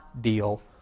deal